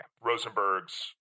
Rosenberg's